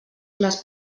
les